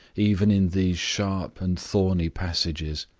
even in these sharp and thorny passages.